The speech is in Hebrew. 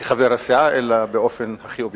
כחבר הסיעה, אלא באופן הכי אובייקטיבי.